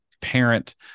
Parent